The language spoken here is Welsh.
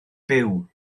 byw